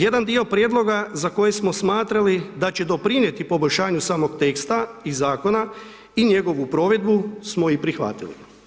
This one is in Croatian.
Jedan dio prijedloga za koji smo smatrali da će doprinijeti poboljšanju samog teksta i zakona i njegovu provedbu smo i prihvatili.